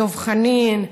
דב חנין,